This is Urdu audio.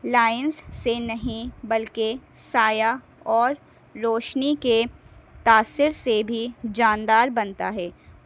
لائنس سے نہیں بلکہ سایہ اور روشنی کے تاثر سے بھی جاندار بنتا ہے